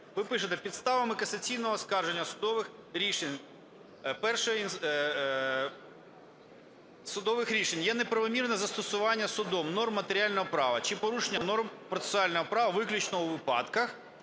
Ви пишете: "підставами касаційного оскарження судових рішень є неправомірне застосування судом норм матеріального права чи порушення норм процесуального права виключно у випадках…,